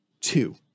two